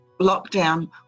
lockdown